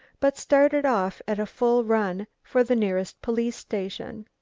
but started off at a full run for the nearest police station.